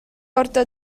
орто